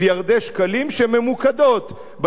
שממוקדות ביישובים הערביים,